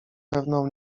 pewną